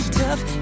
tough